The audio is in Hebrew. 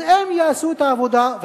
אז הם יעשו את העבודה.